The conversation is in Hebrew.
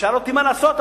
ושאל אותי: מה לעשות?